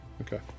Okay